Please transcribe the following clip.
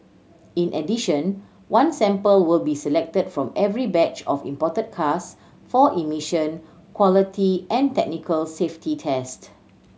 in addition one sample will be selected from every batch of imported cars for emission quality and technical safety test